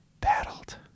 battled